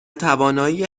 توانایی